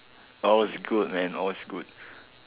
all's good man all's good